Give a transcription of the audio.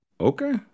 Okay